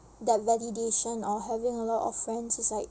that validation or having a lot of friends is like